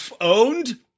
owned